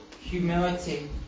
humility